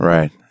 Right